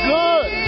good